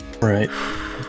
Right